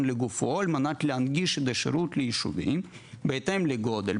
לגופות על-מנת להנגיש את השירות ליישובים בהתאם לגודל,